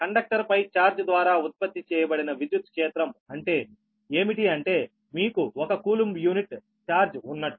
కండక్టర్పై charge ద్వారా ఉత్పత్తి చేయబడిన విద్యుత్ క్షేత్రం అంటే ఏమిటి అంటే మీకు ఒక కూలూoబ్ యూనిట్ ఛార్జ్ ఉన్నట్టు